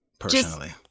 Personally